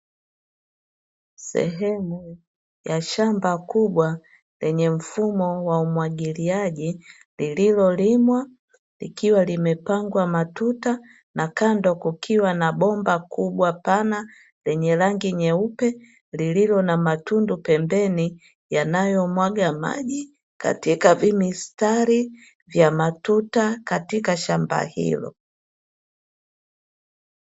Sehemu ya shamba kubwa lenye mfumo wa umwagiliaji lililolimwa likiwa limepangwa matuta na kando kukiwa na bomba kubwa pana lenye rangi nyeupe, lililo na matundu pembeni yanayomwaga maji katika vimistari vya matuta katika ya shamba hilo.